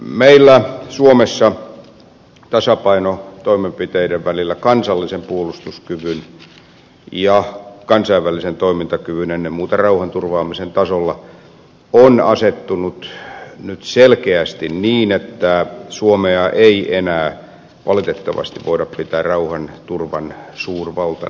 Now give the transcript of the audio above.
meillä suomessa tasapaino toimenpiteiden välillä kansallisen puolustuskyvyn ja kansainvälisen toimintakyvyn ennen muuta rauhanturvaamisen tasolla on asettunut nyt selkeästi niin että suomea ei enää valitettavasti voida pitää rauhanturvan suurvaltana